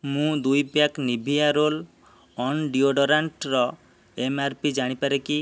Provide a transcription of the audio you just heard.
ମୁଁ ଦୁଇ pack Nivea roll on deodorant MRP ଜାଣିପାରେ କି